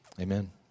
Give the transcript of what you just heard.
Amen